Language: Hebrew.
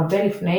הרבה לפני